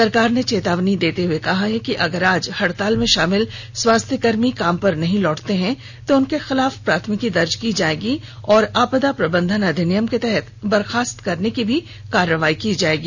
सरकार ने चेतावनी देते हए कहा है कि अगर आज हडताल में शामिल स्वास्थ्य कर्मी काम पर नहीं लौटते हैं तो उनके खिलाफ प्राथमिकी दर्ज की जाएगी और आपदा प्रबंधन अधिनियम के तहत उन्हें बर्खास्त करने की भी कार्रवाई की जाएगी